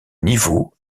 niveau